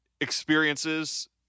experiences